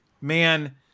man